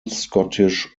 scottish